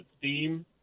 theme